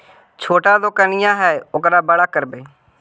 छोटा दोकनिया है ओरा बड़ा करवै?